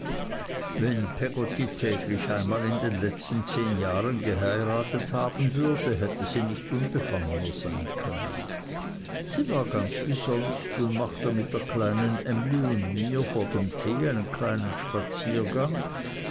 wenn peggotty täglich einmal in den letzten zehn jahren geheiratet haben würde hätte sie nicht unbefangener sein können sie war ganz wie sonst und machte mit der kleinen emly und mir vor dem tee einen kleinen spaziergang